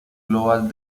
global